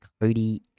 Cody